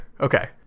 okay